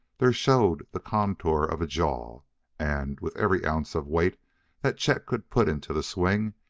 there showed the contour of a jaw and, with every ounce of weight that chet could put into the swing,